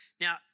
Now